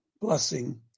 blessing